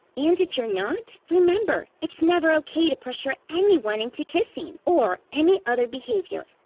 and if you're not, remember, it's never okay to pressure anyone into kissing or any other behavior.